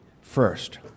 first